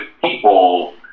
people